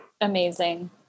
Amazing